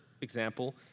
example